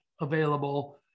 available